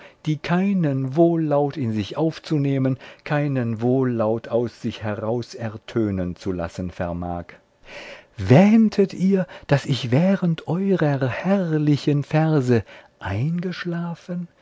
die keinen wohllaut in sich aufzunehmen keinen wohllaut aus sich heraus ertönen zu lassen vermag wähntet ihr daß ich während eurer herrlichen verse eingeschlafen